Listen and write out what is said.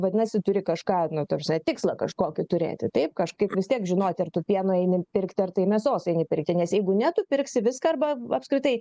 vadinasi turi kažką nu ta prasme tikslą kažkokį turėti taip kažkaip vis tiek žinoti ar tu pieno eini pirkti ar tai mėsos eini pirkti nes jeigu ne tu pirksi viską arba apskritai